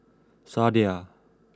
Sadia